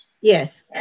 Yes